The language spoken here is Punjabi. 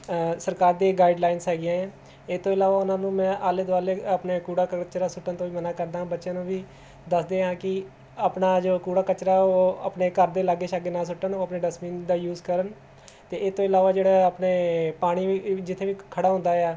ਸਰਕਾਰ ਦੇ ਗਾਈਡਲਾਈਨਸ ਹੈਗੀਆਂ ਆ ਇਹ ਤੋਂ ਇਲਾਵਾ ਉਹਨਾਂ ਨੂੰ ਮੈਂ ਆਲੇ ਦੁਆਲੇ ਆਪਣੇ ਕੂੜਾ ਕਚਰਾ ਸੁੱਟਣ ਤੋਂ ਵੀ ਮਨਾ ਕਰਦਾ ਬੱਚਿਆਂ ਨੂੰ ਵੀ ਦੱਸਦੇ ਹਾਂ ਕਿ ਆਪਣਾ ਜੋ ਕੂੜਾ ਕਚਰਾ ਉਹ ਆਪਣੇ ਘਰ ਦੇ ਲਾਗੇ ਛਾਗੇ ਨਾ ਸੁੱਟਣ ਉਹ ਆਪਣੇ ਡਸਬਿਨ ਦਾ ਯੂਜ ਕਰਨ ਅਤੇ ਇਹ ਤੋਂ ਇਲਾਵਾ ਜਿਹੜਾ ਆਪਣੇ ਪਾਣੀ ਜਿੱਥੇ ਵੀ ਖੜਾ ਹੁੰਦਾ ਆ